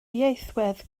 ieithwedd